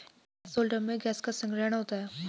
gas holder में gas का संग्रहण होता है